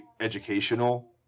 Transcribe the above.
educational